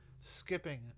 Skipping